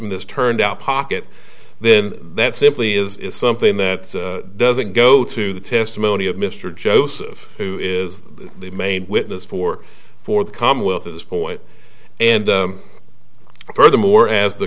miss turned out pocket then that simply is something that doesn't go to the testimony of mr joseph who is the main witness for for the commonwealth at this point and furthermore as the